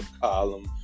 column